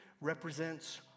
represents